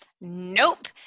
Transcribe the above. Nope